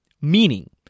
Meaning